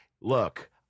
look